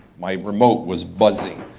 my remote was buzzing,